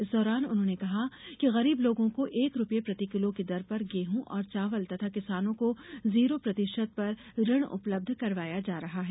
इस दौरान उन्होंने कहा कि गरीब लोगों को एक रूपये प्रतिकिलो की दर पर गेहूं और चावल तथा किसानों को जीरो प्रतिशत पर ऋण उपलब्ध करवाया जा रहा है